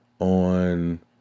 on